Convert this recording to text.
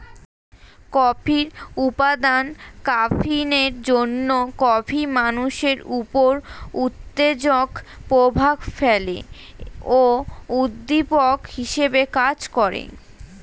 কফির উপাদান ক্যাফিনের জন্যে কফি মানুষের উপর উত্তেজক প্রভাব ফেলে ও উদ্দীপক হিসেবে কাজ করে